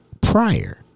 prior